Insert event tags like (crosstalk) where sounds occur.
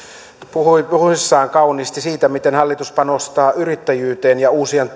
puhui puheessaan kauniisti siitä miten hallitus panostaa yrittäjyyteen ja uusien (unintelligible)